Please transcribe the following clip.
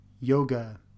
yoga